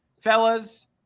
fellas